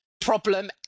problem